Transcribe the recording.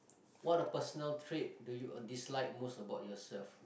what a personal trait do you uh dislike most about yourself